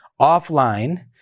offline